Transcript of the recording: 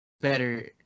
better